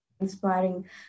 inspiring